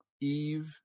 Eve